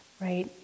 right